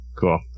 cool